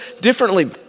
differently